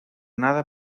nada